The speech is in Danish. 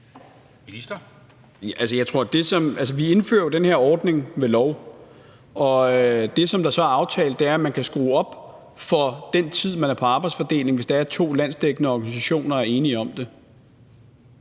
vi indfører den her ordning ved lov, og det, som så er aftalt, er, at man kan skrue op for den tid, man er på arbejdsfordeling, hvis to landsdækkende organisationer er enige om det.